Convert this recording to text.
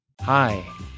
Hi